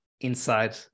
inside